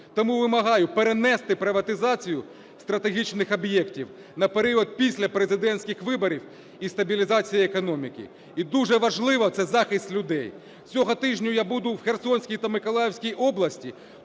Тому вимагаю перенести приватизацію стратегічних об'єктів на період після президентських виборів і стабілізації економіки. І дуже важливо – це захист людей. Цього тижня я буду в Херсонській та Миколаївській області,